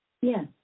Yes